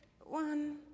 one